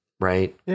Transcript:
right